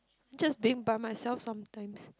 just being by myself sometime